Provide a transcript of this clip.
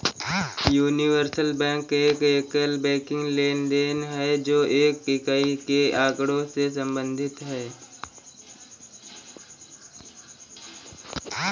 universal bank एक एकल banking लेनदेन है, जो एक इकाई के आँकड़ों से संबंधित है